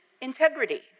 integrity